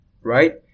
right